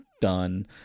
done